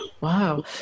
Wow